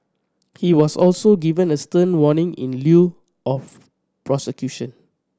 he was also given a stern warning in lieu of prosecution